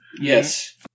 Yes